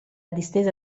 distesa